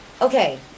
Okay